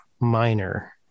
minor